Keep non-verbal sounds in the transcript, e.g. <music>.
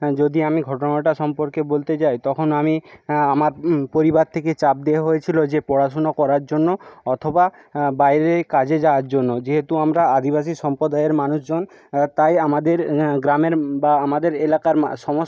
হ্যাঁ যদি আমি ঘটনাটা সম্পর্কে বলতে যাই তখন আমি আমার পরিবার থেকে চাপ দেওয়া হয়েছিলো যে পড়াশুনো করার জন্য অথবা বাইরে কাজে যাবার জন্য যেহেতু আমরা আদিবাসী সম্প্রদায়ের মানুষজন তাই আমাদের গ্রামের বা আমাদের এলাকার <unintelligible> সমস্ত